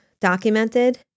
documented